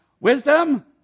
Wisdom